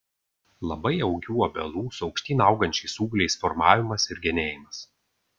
labai augių obelų su aukštyn augančiais ūgliais formavimas ir genėjimas